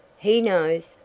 he knows,